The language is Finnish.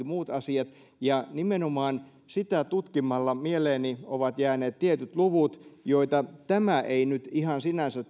muut asiat ja nimenomaan sitä tutkimalla mieleeni ovat jääneet tietyt luvut joita tämä valtuutettujen toimintakertomus ei nyt sinänsä